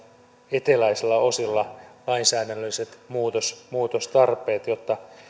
eteläisillä osilla lainsäädännölliset muutostarpeet jotta